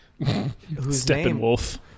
Steppenwolf